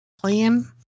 plan